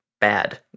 bad